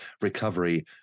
recovery